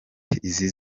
izi